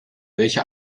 welche